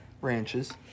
Ranches